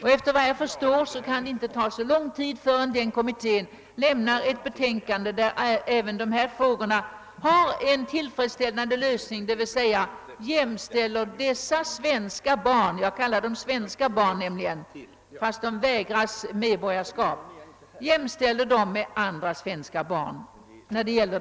Såvitt jag förstår kan det inte ta så lång tid innan kommittén avger ett betänkande, där även des sa problem givits en tillfredsställande lösning, dvs. en lösning som jämställer dessa svenska barn — jag kallar dem så trots att de vägras svenskt medborgarskap — med andra svenska barn.